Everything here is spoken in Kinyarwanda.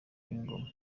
n’ingoma